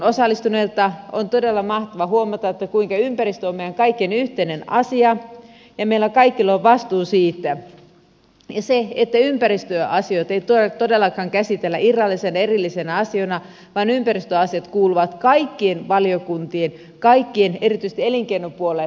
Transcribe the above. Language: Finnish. on todella mahtavaa huomata kuinka ympäristö on meidän kaikkien yhteinen asia ja meillä kaikilla on vastuu siitä ja että ympäristöasioita ei todellakaan käsitellä irrallisina erillisinä asioina vaan ympäristöasiat kuuluvat kaikkien valiokuntien erityisesti elinkeinopuolen asioihin